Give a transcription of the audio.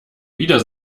wieder